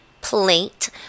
plate